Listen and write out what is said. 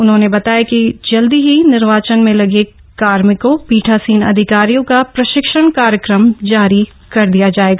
उन्होंने बताया कि जल्दी ही निर्वाचन में लगे कार्मिकों पीठासीन अधिकारियों का प्रशिक्षण कार्यक्रम जारी कर दिया जायेगा